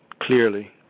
clearly